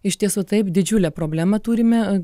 iš tiesų taip didžiulė problema turime